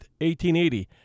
1880